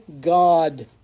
God